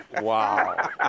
Wow